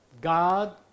God